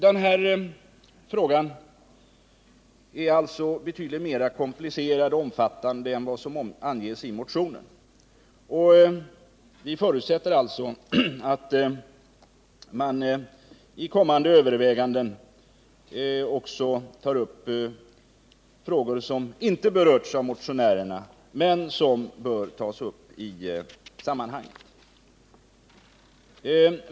Den här frågan är betydligt mera komplicerad och omfattande än vad som anges i motionen, och vi förutsätter alltså att man i kommande överväganden också tar upp frågor som inte berörts av motionärerna men som bör tas upp i sammanhanget.